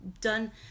done